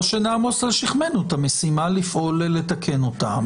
או שנעמוס על שכמינו את המשימה לפעול לתקן אותם,